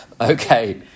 okay